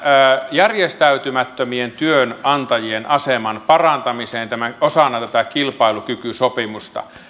järjestäytymättömien työnantajien aseman parantamiseen osana tätä kilpailukykysopimusta